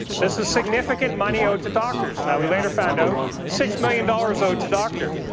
this is significant money owed to doctors. now, we later found out six million dollars owed to doctors